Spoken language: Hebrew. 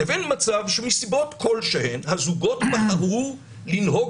לבין מצב שמסיבות כלשהן הזוגות בחרו לנהוג